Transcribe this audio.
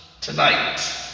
Tonight